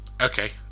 Okay